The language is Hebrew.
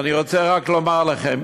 ואני רוצה רק לומר לכם.